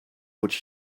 what